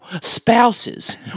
spouses